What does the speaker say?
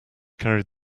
carried